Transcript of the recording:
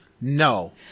No